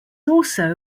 also